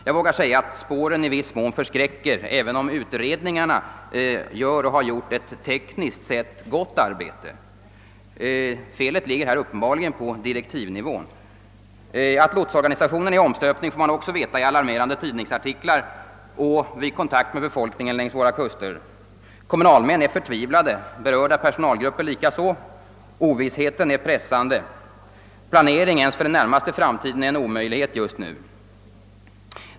Jag vågar säga att spåren i viss mån förskräcker, även om utredningarna har gjort och gör ett tekniskt sett gott: arbete. Felet ligger här uppenbarligen på direktivnivån. Att lotsorganisationen är under omstöpning får man också veta i alarmerande tidningsartiklar och vid kontakt med befolkningen längs våra kuster. Kommunalmännen är förtvivlade, berörda personalgrupper likaså. Ovissheten är pressande. Det är just nu omöjligt att planera ens för den närmaste framtiden.